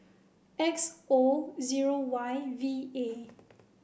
X O zero Y V A